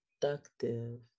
productive